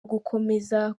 ugukomeza